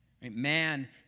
Man